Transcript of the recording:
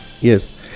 Yes